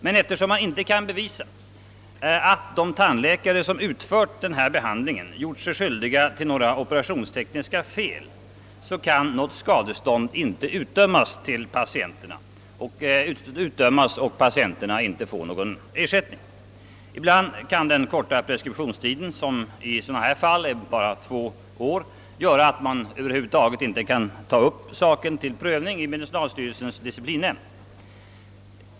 Men eftersom det inte kan bevisas att de tandläkare som utfört behandlingarna gjort sig skyldiga till några operationstekniska fel, så kan något skadestånd inte utdömas och patienterna inte få någon ersättning. Ibland kan den korta preskriptionstiden för sådana här fall — två år — göra att ett fall över huvud taget inte blir prövat av medicinalstyrelsens disciplinnämnd.